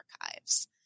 archives